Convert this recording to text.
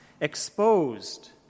exposed